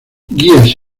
guías